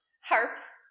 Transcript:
harps